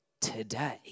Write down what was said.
today